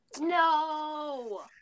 No